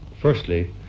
firstly